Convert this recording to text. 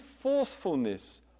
forcefulness